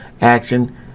action